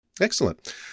Excellent